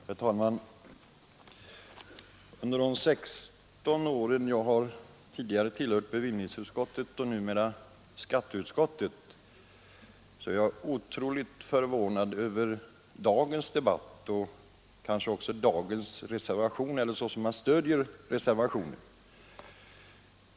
Herr talman! Under de 16 år som jag har tillhört tidigare bevillningsutskottet och nu skatteutskottet har jag aldrig blivit så förvånad som när jag i dag har lyssnat på de argument som anförts till stöd för reservationen.